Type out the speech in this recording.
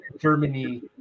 Germany